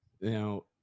Now